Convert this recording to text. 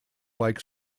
like